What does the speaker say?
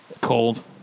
Cold